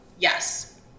Yes